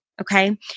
okay